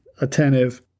attentive